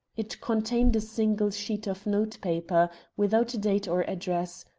it contained a single sheet of notepaper, without a date or address,